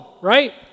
right